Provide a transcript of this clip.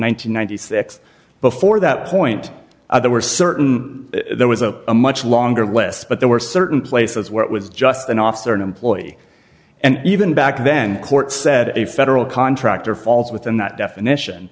hundred sixty before that point there were certain there was a much longer list but there were certain places where it was just an officer an employee and even back then court said a federal contractor falls within that definition